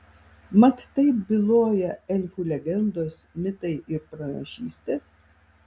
mat taip byloja elfų legendos mitai ir pranašystės